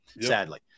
sadly